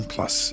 Plus